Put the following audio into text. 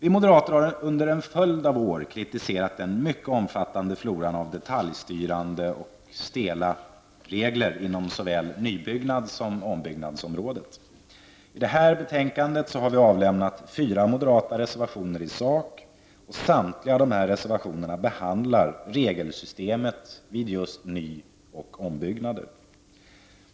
Vi moderater har under en följd av år kritiserat den mycket omfattande floran av detaljstyrande och stela regler inom såväl nybyggnads som ombyggnadsområdet. Till detta betänkande har vi moderater fogat fyra reservationer i sak. I samtliga behandlas regelsystemet vid just ny och ombyggnader.